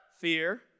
fear